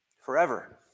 forever